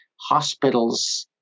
hospitals